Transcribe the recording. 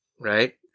right